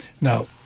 Now